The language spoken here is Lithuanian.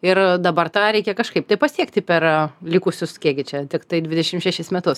ir dabar tą reikia kažkaip tai pasiekti per likusius kiekgi čia tiktai dvidešimt šešis metus